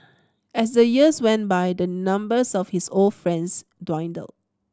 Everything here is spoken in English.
as the years went by the numbers of his old friends dwindled